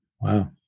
Wow